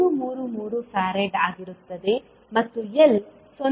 333 farad ಆಗಿರುತ್ತದೆ ಮತ್ತು L 0